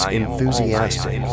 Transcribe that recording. enthusiastic